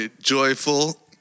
Joyful